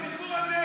קח את הסיפור הזה,